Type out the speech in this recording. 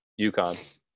UConn